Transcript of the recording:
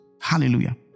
Hallelujah